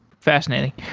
fascinating.